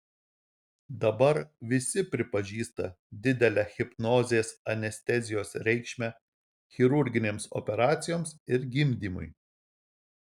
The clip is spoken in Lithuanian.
dabar visi pripažįsta didelę hipnozės anestezijos reikšmę chirurginėms operacijoms ir gimdymui